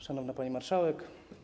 Szanowna Pani Marszałek!